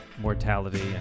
mortality